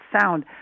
sound